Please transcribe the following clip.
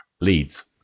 Leads